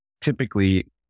typically